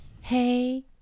Hey